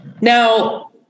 Now